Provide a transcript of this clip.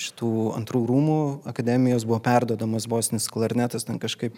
šitų antrų rūmų akademijos buvo perduodamas bosinis klarnetas ten kažkaip